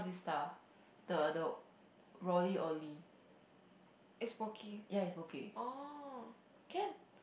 can